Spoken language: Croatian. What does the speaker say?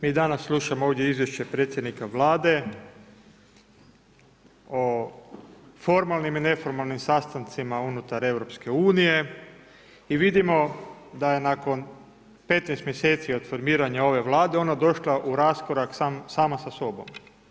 Mi danas slušamo ovdje izvješće predsjednika Vlade o formalnim i neformalnim sastancima unutar EU i vidimo da je nakon 15 mjeseci od formiranja ove Vlade ono došla u raskorak sama sa sobom.